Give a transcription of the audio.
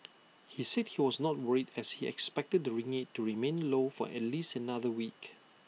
he said he was not worried as he expected the ringgit to remain low for at least another week